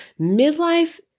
midlife